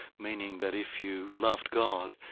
meaning that if you loved god,